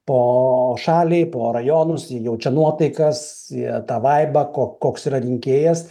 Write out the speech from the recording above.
pro šalį po rajonus ji jaučia nuotaikas jie tą vaibą koks yra rinkėjas